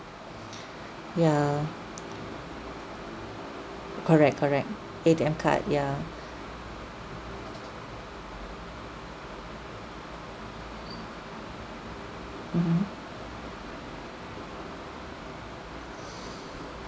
ya correct correct A_T_M card ya mmhmm